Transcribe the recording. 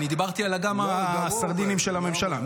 אני דיברתי על אגם הסרדינים של הממשלה.